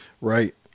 Right